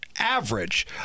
Average